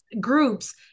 Groups